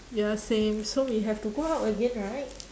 ya same so we have to go out again right